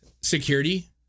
security